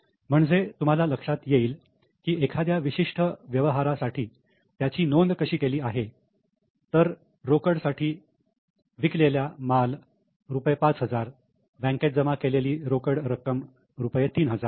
म्हणजे तुम्हाला लक्षात येईल की एखाद्या विशिष्ट व्यवहारासाठी त्याची नोंद कशी केली आहे तर रोकड साठी विकलेला माल रुपये 5000 बँकेत जमा केलेली रोकड रुपये 3000